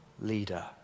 leader